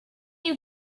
you